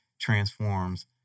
transforms